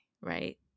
right